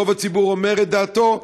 רוב הציבור אומר את דעתו,